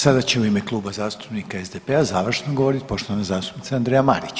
Sada će u ime Kluba zastupnika SDP-a završno govorit poštovana zastupnica Andreja Marić.